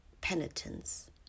penitence